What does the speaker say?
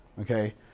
Okay